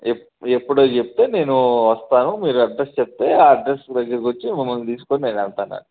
ఎప్ ఎప్పుడో చెప్తే నేను వస్తాను మీరు అడ్రస్ చెప్తే అడ్రస్ దగ్గరికొచ్చి మిమ్మల్ని తీసుకుని నేను వెళ్తానండి